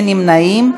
אין נמנעים,